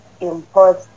import